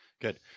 good